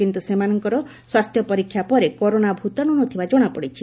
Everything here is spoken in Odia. କିନ୍ତ ସେମାନଙ୍କ ସ୍ୱାସ୍ଥ୍ୟ ପରୀକ୍ଷା ପରେ କରୋନା ଭୂତାଣୁ ନ ଥିବା ଜଣାପଡ଼ିଛି